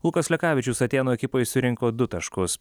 lukas lekavičius atėnų ekipai surinko du taškus